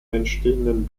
entstehenden